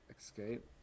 Escape